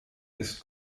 ist